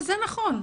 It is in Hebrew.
וזה נכון.